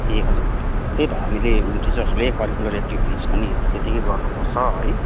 ए हजुर त्यही त हामीले ऊ यो टिचरहरूले करिकुलर एक्टिभिटिज पनि त्यत्तिकै गर्नुपर्छ है